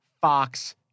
Fox